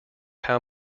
how